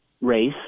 race